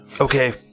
Okay